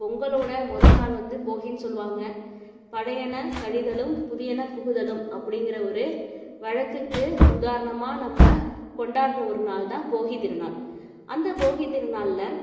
பொங்கலோட மொதல் நாள் வந்து போகின்னு சொல்லுவாங்க பழையன கழிதலும் புதியன புகுதலும் அப்படிங்கிற ஒரு வழக்குக்கு உதாரணமா நம்ம கொண்டாடுகிற ஒரு நாள் தான் போகி திருநாள் அந்த போகி திருநாளில்